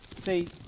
See